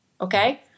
okay